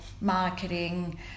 marketing